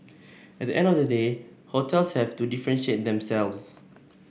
at the end of the day hotels have to differentiate themselves